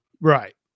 Right